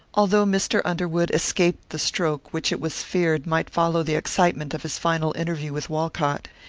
although mr. underwood escaped the stroke which it was feared might follow the excitement of his final interview with walcott,